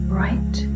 right